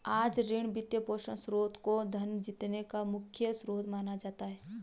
आज ऋण, वित्तपोषण स्रोत को धन जीतने का मुख्य स्रोत माना जाता है